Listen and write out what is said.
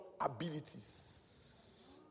abilities